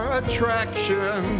attraction